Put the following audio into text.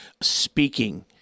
speaking